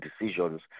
decisions